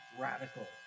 radical